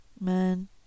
man